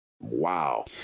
Wow